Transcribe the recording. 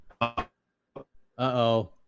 Uh-oh